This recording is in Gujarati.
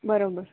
બરોબર